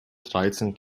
dreizehn